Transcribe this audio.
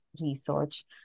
research